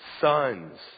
sons